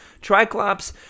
Triclops